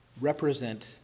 represent